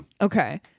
Okay